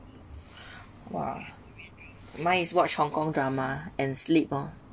!wah! mine is watch hong-kong drama and sleep oh